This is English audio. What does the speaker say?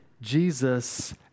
Jesus